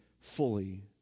fully